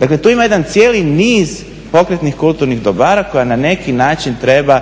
Dakle, tu ima jedan cijeli niz pokretnih kulturnih dobara koja na neki način treba